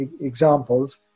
examples